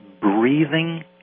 breathing